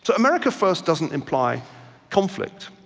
so american first doesn't imply conflict.